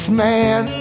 man